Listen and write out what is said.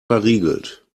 verriegelt